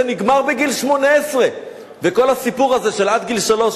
זה נגמר בגיל 18. וכל הסיפור הזה של עד גיל שלוש,